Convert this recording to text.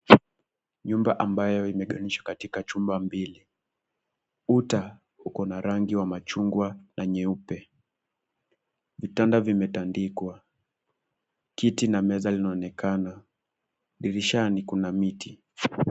Nyumba ambayo imegawanyishwa katika chumba mbili. Kuta uko na rangi wa machungwa na nyeupe. Vitanda vimetandikwa. Kiti na meza linaonekana. Dirishani kuna miti.